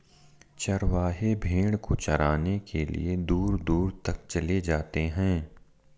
चरवाहे भेड़ को चराने के लिए दूर दूर तक चले जाते हैं